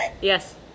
Yes